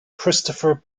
christopher